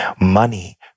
Money